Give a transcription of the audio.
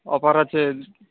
offer আছে